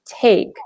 take